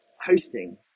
hosting